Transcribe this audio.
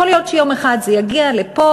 יכול להיות שיום אחד זה יגיע לפה,